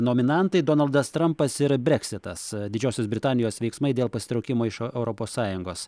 nominantai donaldas trampas ir breksitas didžiosios britanijos veiksmai dėl pasitraukimo iš europos sąjungos